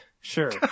Sure